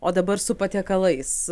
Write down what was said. o dabar su patiekalais